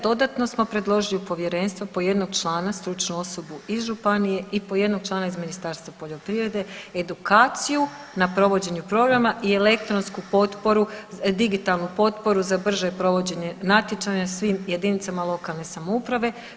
Dodatno smo predložili povjerenstvu po jednog člana, stručnu osobu iz županije i po jednog člana iz Ministarstva poljoprivrede, edukaciju na provođenju programa i elektronsku potporu, digitalnu potporu za brže provođenje natječaja svim jedinicama lokalne samouprave.